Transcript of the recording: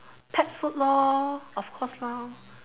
pets food lor of course lor